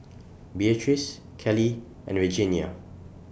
Beatrice Kelly and Regenia